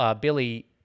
Billy